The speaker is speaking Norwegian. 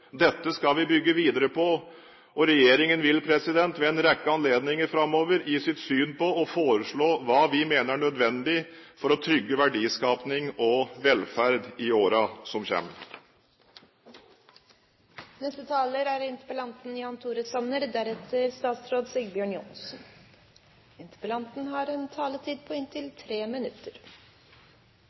Dette skal vi bygge videre på. Regjeringen vil ved en rekke anledninger framover gi sitt syn på og foreslå hva vi mener er nødvendig for å trygge verdiskaping og velferd i årene som kommer. Det er forståelig at statsråden bruker sin taletid